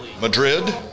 Madrid